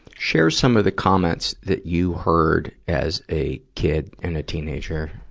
share some of the comments that you heard as a kid and a teenager.